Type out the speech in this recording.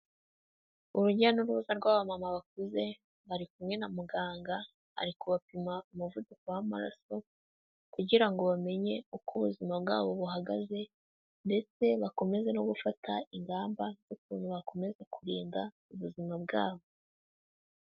Urujya n'uruza rw'abamama bakuze, bari kumwe na muganga ari kubapima umuvuduko w'amaraso, kugira ngo bamenye uko ubuzima bwabo buhagaze, ndetse bakomeze no gufata ingamba z'ukuntu bakomeza kurinda ubuzima bwabo.